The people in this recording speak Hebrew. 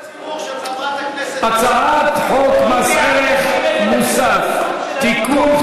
הצעת חוק מס ערך מוסף (תיקון,